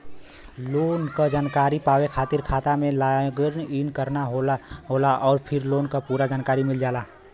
loan क जानकारी पावे खातिर खाता में लॉग इन करना होला आउर फिर लोन क पूरा जानकारी मिल जाला